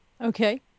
Okay